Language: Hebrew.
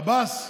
עבאס,